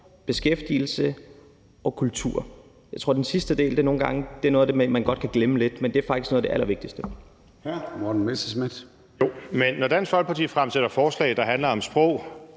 beskæftigelse og kultur. Den sidste del tror jeg nogle gange er noget af det, man godt kan glemme lidt, men det er faktisk noget af det allervigtigste.